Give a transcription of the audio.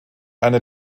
eine